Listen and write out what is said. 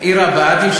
עיר הבה"דים,